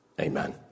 Amen